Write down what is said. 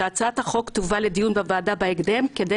שהצעת החוק תובא לדיון בוועדה בהקדם כדי